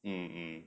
ying e